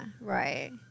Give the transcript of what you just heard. right